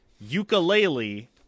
ukulele